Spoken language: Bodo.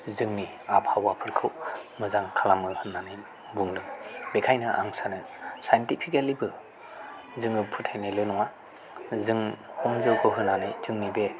जोंनि आबहावाफोरखौ मोजां खालामो होननानै बुंदों बेखायनो आं सानो साइन्टिफिकेलिबो जोङो फोथायनायल' नङा जों हम जैग' होनानै जोंनि बे